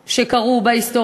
ופעם אפשר לקרוא לזה הסדר